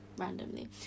randomly